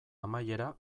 amaiera